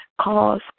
cause